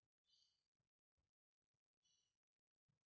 ನನಗೆ ಮನೆ ಮೇಲೆ ಸಾಲ ಐತಿ ಮತ್ತೆ ಸಾಲ ತಗಬೋದ?